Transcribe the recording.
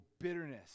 bitterness